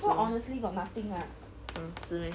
T four honestly got nothing lah